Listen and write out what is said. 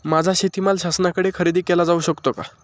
माझा शेतीमाल शासनाकडे खरेदी केला जाऊ शकतो का?